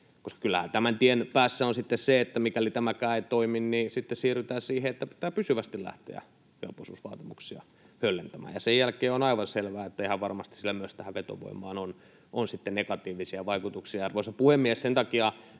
Kyllähän tämän tien päässä on sitten se, että mikäli tämäkään ei toimi, niin sitten siirrytään siihen, että pitää pysyvästi lähteä kelpoisuusvaatimuksia höllentämään. Sen jälkeen on aivan selvää, että ihan varmasti sillä myös tähän vetovoimaan on negatiivisia vaikutuksia. Arvoisa puhemies! Sen takia